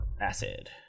acid